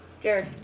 jared